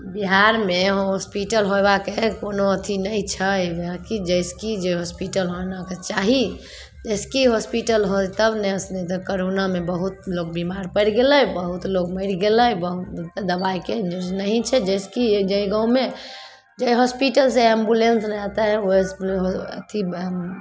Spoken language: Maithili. बिहारमे हॉस्पिटल होयबाके कोनो अथी नहि छै जेनाकि जाहिसऽ कि जे हॉस्पिटल होनाके चाही एस के हॉस्पिटल होल तब ने नहि तऽ कोरोनामे बहुत लोग बिमार पैड़ि गेलै बहुत लोग मैरि गेलै बहुत दबाइके यूज नहि छै जाहिसे कि जाहि गाँवमे जाहि हॉस्पिटल से एम्बुलेंस लऽ जेतै ओहि होस अथी